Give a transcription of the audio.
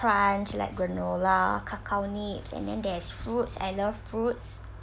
brunch like granola cacao nibs and then there's fruits I love fruits